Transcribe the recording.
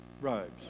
robes